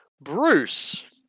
Bruce